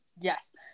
yes